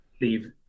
Leave